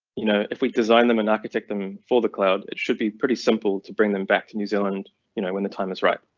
you know if we design them an architect them folder cloud, it should be pretty simple to bring them back to new zealand you know when the time is right.